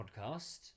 podcast